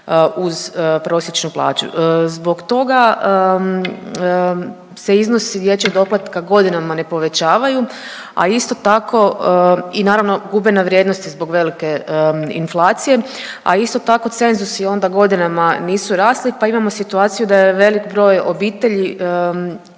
uz prosječnu plaću. Zbog toga se iznosi dječjeg doplatka godinama ne povećavaju, a isto tako i naravno gube na vrijednosti zbog velike inflacije, a isto tako cenzusi onda godinama nisu rasli, pa imamo situaciju da je velik broj obitelji